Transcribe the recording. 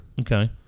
Okay